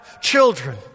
children